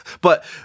but-